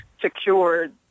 secured